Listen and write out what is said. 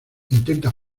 intenta